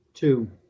Two